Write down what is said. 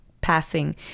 passing